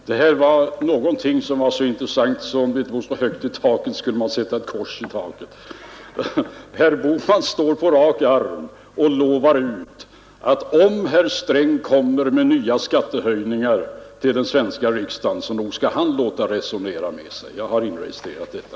Herr talman! Det här var så intressant, att om det inte vore så högt i taket skulle jag rita ett kors där. Herr Bohman lovar på rak arm att om Sträng föreslår den svenska riksdagen nya skattehöjningar, så nog skall han låta resonera med sig. Jag har inregistrerat detta.